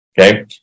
Okay